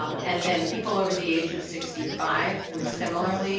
um and then people over the age of sixty five were similarly